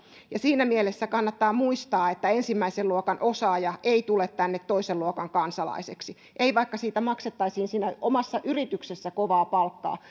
siinä mielessä kannattaa muistaa että ensimmäisen luokan osaaja ei tule tänne toisen luokan kansalaiseksi ei vaikka siitä maksettaisiin siinä omassa yrityksessä kovaa palkkaa